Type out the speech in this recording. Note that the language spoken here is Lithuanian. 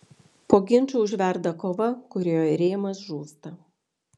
po ginčų užverda kova kurioje rėmas žūsta